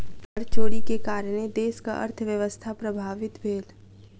कर चोरी के कारणेँ देशक अर्थव्यवस्था प्रभावित भेल